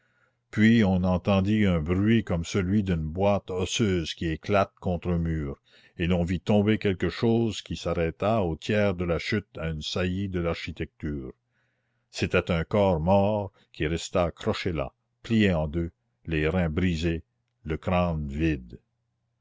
puis on entendit un bruit comme celui d'une boîte osseuse qui éclate contre un mur et l'on vit tomber quelque chose qui s'arrêta au tiers de la chute à une saillie de l'architecture c'était un corps mort qui resta accroché là plié en deux les reins brisés le crâne vide